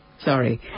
sorry